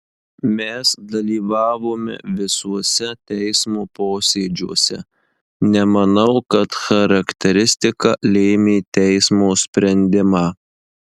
mes dalyvavome visuose teismo posėdžiuose nemanau kad charakteristika lėmė teismo sprendimą